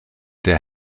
der